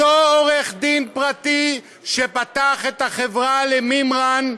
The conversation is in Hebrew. אותו עורך-דין פרטי שפתח את החברה למימרן,